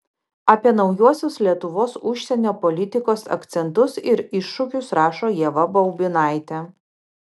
apie naujuosius lietuvos užsienio politikos akcentus ir iššūkius rašo ieva baubinaitė